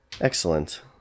Excellent